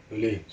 okay